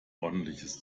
ordentliches